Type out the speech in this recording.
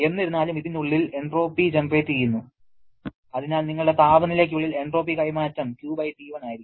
എന്നിരുന്നാലും ഇതിനുള്ളിൽ എൻട്രോപ്പി ജനറേറ്റുചെയ്യുന്നു അതിനാൽ നിങ്ങളുടെ താപനിലയ്ക്കുള്ളിൽ എൻട്രോപ്പി കൈമാറ്റം QT1 ആയിരിക്കും